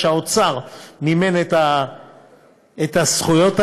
שהאוצר יממן את הזכויות האלה.